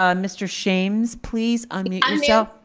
um mr. shames, please unmute yeah